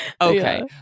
Okay